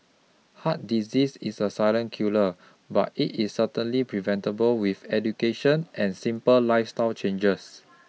heart disease is a silent killer but it is certainly preventable with education and simple lifestyle changes